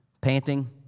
panting